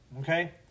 okay